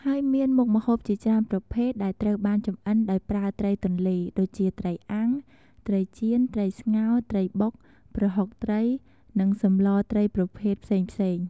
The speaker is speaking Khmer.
ហើយមានមុខម្ហូបជាច្រើនប្រភេទដែលត្រូវបានចម្អិនដោយប្រើត្រីទន្លេ ដូចជាត្រីអាំង ត្រីចៀន ត្រីស្ងោរ ត្រីបុក ប្រហុកត្រី និងសម្លត្រីប្រភេទផ្សេងៗ។